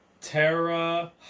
Terra